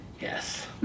yes